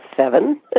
seven